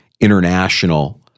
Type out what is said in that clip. International